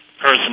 person